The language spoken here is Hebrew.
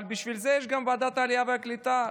אבל בשביל זה יש גם ועדת העלייה והקליטה.